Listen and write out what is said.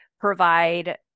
provide